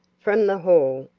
from the hall,